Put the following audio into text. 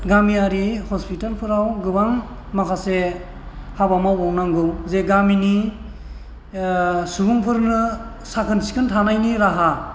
गामियारि हस्पिटालफोराव गोबां माखासे हाबा मावबावनांगौ जे गामिनि सुबुंफोरनो साखोन सिखोन थानायनि राहा